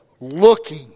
looking